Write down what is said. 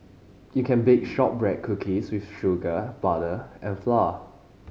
you can bake shortbread cookies with sugar butter and flour